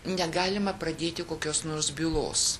negalima pradėti kokios nors bylos